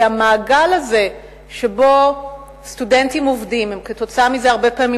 כי המעגל הזה שבו סטודנטים עובדים, הרבה פעמים